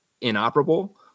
inoperable